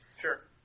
sure